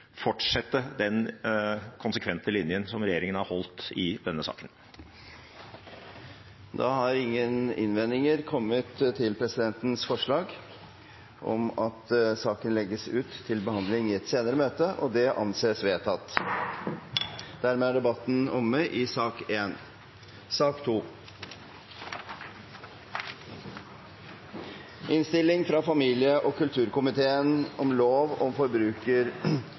fortsette den konsekvente linjen som regjeringen har holdt i denne saken. Da har ingen innvendinger kommet mot presidentens forslag om at saken legges ut til behandling i et senere møte, og det anses vedtatt. Sak nr. 1 er dermed ferdigbehandlet. Etter ønske fra familie- og kulturkomiteen